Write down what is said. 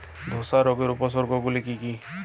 ধসা রোগের উপসর্গগুলি কি কি?